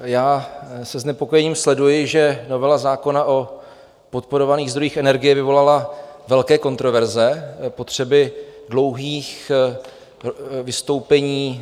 Já se znepokojením sleduji, že novela zákona o podporovaných zdrojích energie vyvolala velké kontroverze, potřeby dlouhých vystoupení.